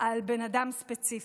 על בן אדם ספציפי.